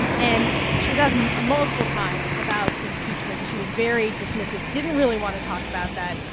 and she was asked and multiple times about impeachment. and she was very dismissive, didn't really want to talk about that.